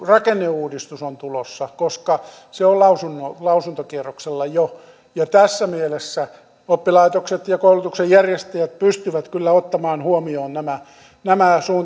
rakenneuudistus on tulossa koska se on lausuntokierroksella jo jo tässä mielessä oppilaitokset ja koulutuksenjärjestäjät pystyvät kyllä ottamaan huomioon nämä nämä